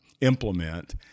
implement